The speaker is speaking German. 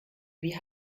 wie